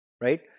Right